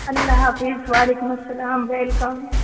اللہ حافظ وعلیکم السّلام ویلکم